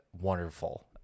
wonderful